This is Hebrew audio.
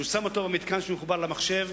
שהוא שם אותו במתקן שמחובר למחשב,